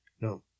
No